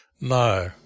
No